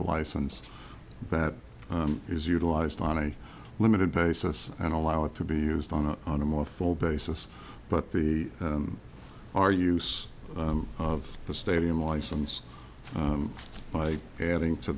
a license that is utilized on a limited basis and allow it to be used on a on a more full basis but the our use of the stadium license by adding